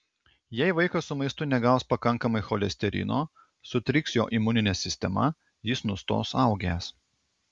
jei vaikas su maistu negaus pakankamai cholesterino sutriks jo imuninė sistema jis nustos augęs